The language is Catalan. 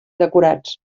decorats